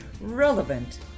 relevant